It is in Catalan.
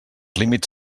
límits